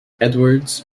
edwards